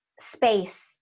space